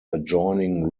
adjoining